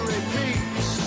Repeats